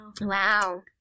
wow